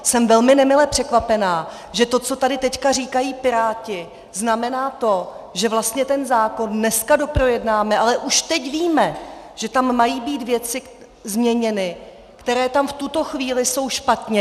Jsem velmi nemile překvapena, že to, co tady teď říkají Piráti, znamená to, že vlastně ten zákon dneska doprojednáme, ale už teď víme, že tam mají být změněny věci, které tam v tuto chvíli jsou špatně.